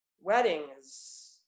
Weddings